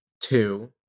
two